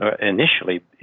initially